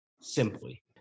simply